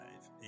five